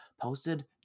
posted